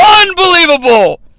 Unbelievable